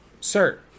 sir